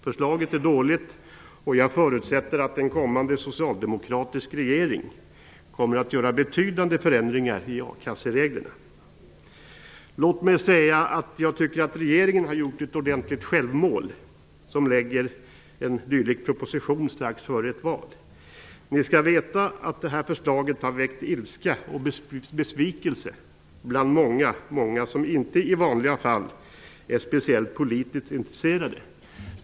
Förslaget är dåligt, och jag förutsätter att en kommande socialdemokratisk regering kommer att göra betydande förändringar i a-kassereglerna. Jag tycker att regeringen har gjort ett ordentligt självmål, när man lägger fram en dylik proposition strax före ett val. Ni skall veta att förslaget har väckt ilska och besvikelse bland många många som inte i vanliga fall är speciellt politiskt intresserade.